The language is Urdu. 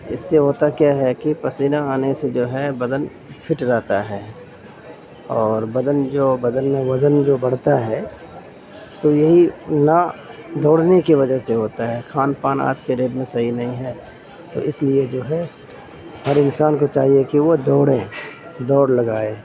اس سے ہوتا کیا ہے کہ پسینہ آنے سے جو ہے بدن فٹ رہتا ہے اور بدن جو بدن میں وزن جو بڑھتا ہے تو یہی نہ دوڑنے کی وجہ سے ہوتا ہے کھان پان آج کے ڈیٹ میں صحیح نہیں ہے تو اس لیے جو ہے ہر انسان کو چاہیے کہ وہ دوڑے دوڑ لگائے